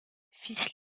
fils